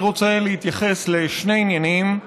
אני רוצה להתייחס לשני עניינים.